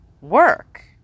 work